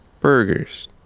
burgers